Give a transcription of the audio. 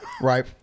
right